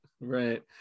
right